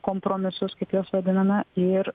kompromisus kaip juos vadiname ir